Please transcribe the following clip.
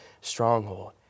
stronghold